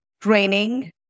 training